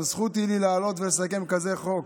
גם זכות היא לי לעלות ולסכם כזה חוק.